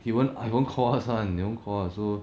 he won't he won't call us [one] he won't call us so